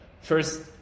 first